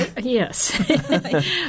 Yes